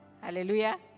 hallelujah